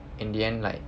in the end like